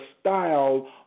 style